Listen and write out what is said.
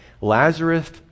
Lazarus